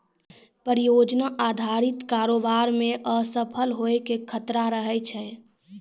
परियोजना अधारित कारोबार मे असफल होय के खतरा रहै छै